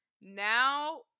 now